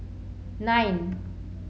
nine